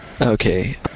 okay